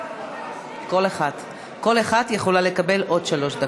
כל אחת יכולה לקבל עד שלוש דקות.